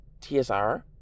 TSR